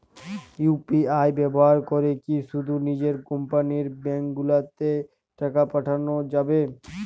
UPI ব্যবহার করে কি শুধু নিজের কোম্পানীর ব্যাংকগুলিতেই টাকা পাঠানো যাবে?